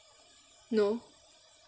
no